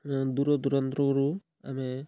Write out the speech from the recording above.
ଦୂର ଦୁରାନ୍ତରରୁ ଆମେ